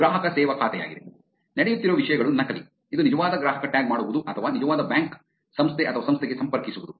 ಇದು ಗ್ರಾಹಕ ಸೇವಾ ಖಾತೆಯಾಗಿದೆ ನಡೆಯುತ್ತಿರುವ ವಿಷಯಗಳು ನಕಲಿ ಇದು ನಿಜವಾದ ಗ್ರಾಹಕ ಟ್ಯಾಗ್ ಮಾಡುವುದು ಅಥವಾ ನಿಜವಾದ ಬ್ಯಾಂಕ್ ಸಂಸ್ಥೆ ಅಥವಾ ಸಂಸ್ಥೆಗೆ ಸಂಪರ್ಕಿಸುವುದು